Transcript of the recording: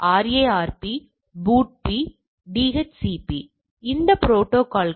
பொதுவாக மாறுபாட்டு அளவை விகிதங்களுக்கு கை வர்க்கம் பயன்படுத்தப்படுகிறது